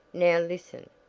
now listen.